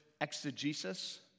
exegesis